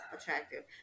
attractive